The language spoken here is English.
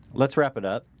let's wrap it up.